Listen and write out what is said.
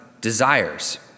desires